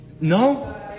No